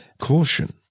Caution